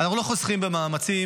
אנחנו לא חוסכים במאמצים,